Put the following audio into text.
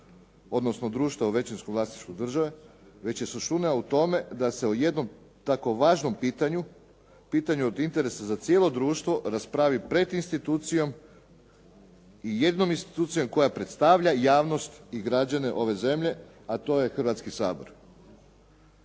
odnosno društva u većinskom vlasništvu države, već je suština u tome da se o jednom tako važnom pitanju, pitanju od interesa za cijelo društvo raspravi pred institucijom i jedinom institucijom koja predstavlja javnost i građane ove zemlje, a to je Hrvatski sabor.